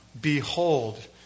Behold